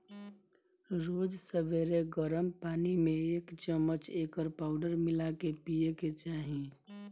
रोज सबेरे गरम पानी में एक चमच एकर पाउडर मिला के पिए के चाही